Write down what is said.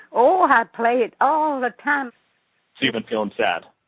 oh, i play it all the time so you've been feeling sad?